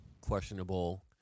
questionable